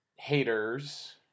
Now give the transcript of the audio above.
haters